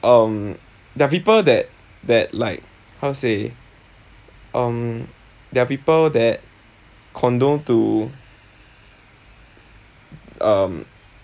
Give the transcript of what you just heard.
um there are people that that like how to say um there are people that condone to um